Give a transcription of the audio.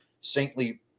saintly